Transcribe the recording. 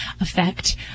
effect